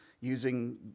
using